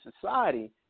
society